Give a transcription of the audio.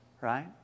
Right